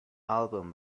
album